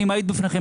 אני מעיד בפניכם,